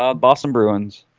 um boston bruins,